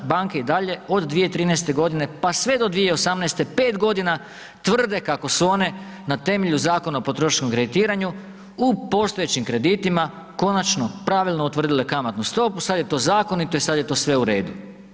Banke i dalje od 2013. godine pa sve do 2018. 5 godina tvrde kako su one na temelju Zakona o potrošačkom kreditiranju u postojećim kreditima pravilno utvrdile kamatnu stopu, sad je to zakonito i sad je to sve u redu.